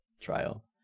trial